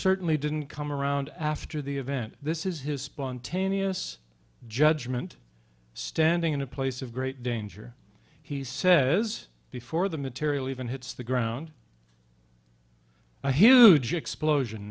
certainly didn't come around after the event this is his spontaneous judgment standing in a place of great danger he says before the material even hits the ground i huge explosion